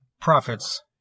profits